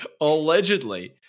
allegedly